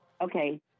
okay